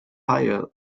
higher